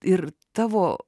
ir tavo